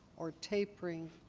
or tapering,